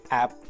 app